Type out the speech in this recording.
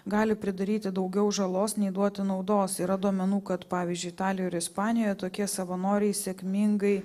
gali pridaryti daugiau žalos nei duoti naudos yra duomenų kad pavyzdžiui italijoj ir ispanijoje tokie savanoriai sėkmingai